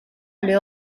alle